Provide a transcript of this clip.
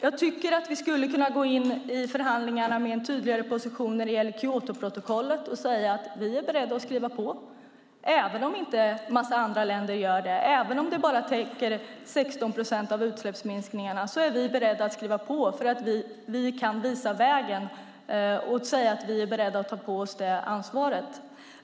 Jag tycker att vi skulle kunna gå in i förhandlingarna med en tydligare position när det gäller Kyotoprotokollet och säga att vi är beredda att skriva på, även om en massa länder inte gör det. Vi kan gå in och säga att även om det täcker bara 16 procent av utsläppsminskningarna så är Sverige berett att skriva på, för vi kan visa vägen och säga att vi är beredda att ta på oss det ansvaret.